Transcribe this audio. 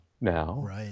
now